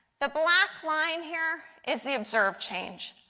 the black line here is the observed change.